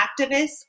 activists